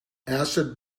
acid